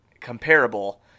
comparable